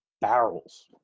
barrels